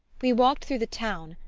we walked through the town,